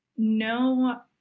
No